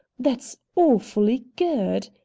that's awfully good.